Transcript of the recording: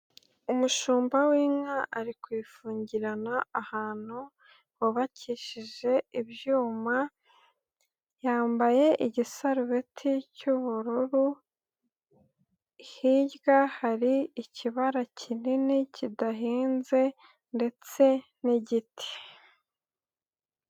Umushumba w'inka ari kuyifungirana ahantu hubakishije ibyuma. Yambaye igisarubeti cy'ubururu. Hirya hari ikibara kinini kidahinnze ndetse n'igiti.